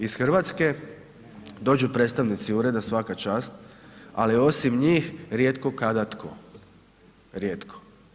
Iz RH dođu predstavnici ureda svaka čast, ali osim njih rijetko kada tko, rijetko.